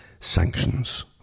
sanctions